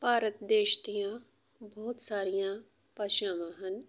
ਭਾਰਤ ਦੇਸ਼ ਦੀਆਂ ਬਹੁਤ ਸਾਰੀਆਂ ਭਾਸ਼ਾਵਾਂ ਹਨ